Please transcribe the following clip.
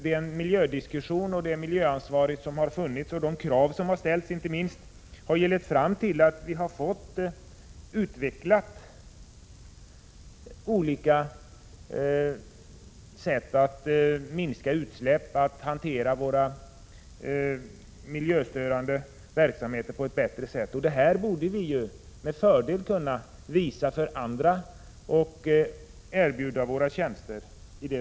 Den miljödiskussion som förevarit och det miljöansvar som vi känner samt inte minst de krav som har ställts har lett fram till att olika metoder att minska utsläppen och hantera våra miljöstörande verksamheter på ett bättre sätt kunnat utvecklas. Vi borde med fördel kunna visa det här för andra och erbjuda våra tjänster.